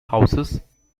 houses